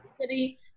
city